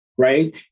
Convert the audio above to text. Right